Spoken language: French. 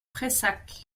prayssac